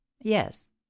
Yes